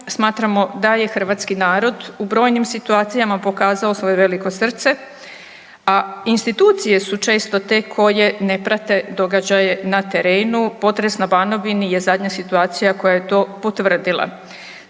Smatramo da je hrvatski narod u brojnim situacijama pokazao svoje veliko srce, a institucije su često te koje ne prate događaje na terenu. Potres na Banovini je zadnja situacija koja je to potvrdila.